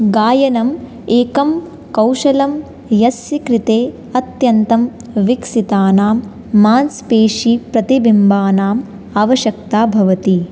गायनम् एकं कौशलं यस्य कृते अत्यन्तं विकसितानां मांस् पेशी प्रतिबिम्बानाम् आवश्यकता भवति